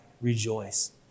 rejoice